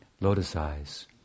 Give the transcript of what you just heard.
Lotus-eyes